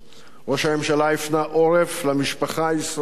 ראש הממשלה הפנה עורף למשפחה הישראלית העובדת.